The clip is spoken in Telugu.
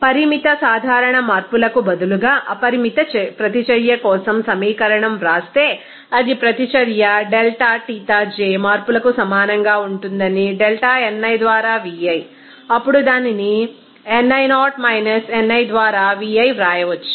పరిమిత సాధారణ మార్పులకు బదులుగా అపరిమిత ప్రతిచర్య కోసం సమీకరణం వ్రాస్తే అది ప్రతి చర్య Δξj మార్పులకు సమానంగా ఉంటుందని Δni ద్వారా νi అప్పుడు దానిని ni0 - ni ద్వారా νi వ్రాయవచ్చు